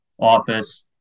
Office